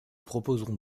proposons